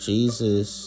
Jesus